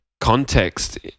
context